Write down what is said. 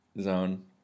zone